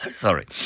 Sorry